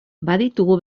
baditugu